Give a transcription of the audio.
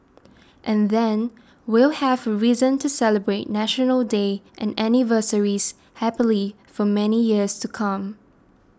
and then we'll have reason to celebrate National Day and anniversaries happily for many years to come